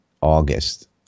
August